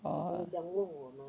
oh